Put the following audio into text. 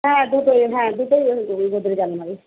হ্যাঁ দুটো হ্যাঁ দুটো গোদরেজ আলমারি